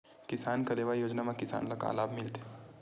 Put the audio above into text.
किसान कलेवा योजना म किसान ल का लाभ मिलथे?